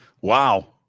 Wow